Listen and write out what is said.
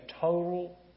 total